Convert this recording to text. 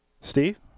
Steve